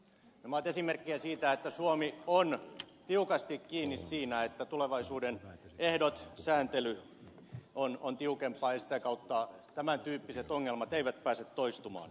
nämä ovat esimerkkejä siitä että suomi on tiukasti kiinni siinä että tulevaisuuden ehdot sääntely ovat tiukempia ja sitä kautta tämän tyyppiset ongelmat eivät pääse toistumaan